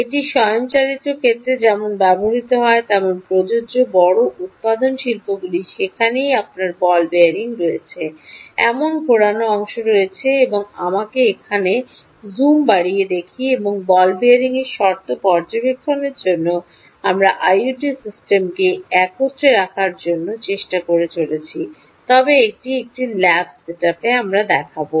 এটি স্বয়ংচালিত ক্ষেত্রে যেমন ব্যবহৃত হয় তেমন প্রযোজ্য বড় উত্পাদন শিল্পগুলিতে যেখানেই আপনার বল বিয়ারিংস রয়েছে এমন ঘোরানো অংশ রয়েছে এবং আমাকে এখন জুম বাড়িয়ে দেখি এবং বল বিয়ারিংয়ের শর্ত পর্যবেক্ষণের জন্য আমরা আইওটি সিস্টেমকে একত্রে রাখার জন্য আমরা কী চেষ্টা করার চেষ্টা করছি তার একটি ল্যাব সেটআপ দেখাব